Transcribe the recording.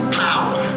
power